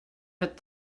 had